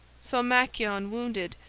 saw machaon wounded,